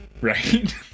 Right